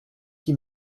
qui